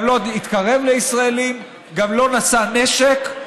גם לא התקרב לישראלים, גם לא נשא נשק.